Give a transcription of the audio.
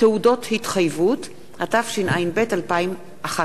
התשע"ב 2012,